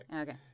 Okay